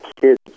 kids